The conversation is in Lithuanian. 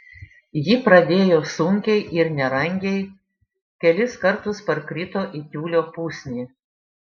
ji pradėjo sunkiai ir nerangiai kelis kartus parkrito į tiulio pusnį